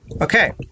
Okay